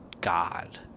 god